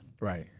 Right